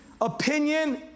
opinion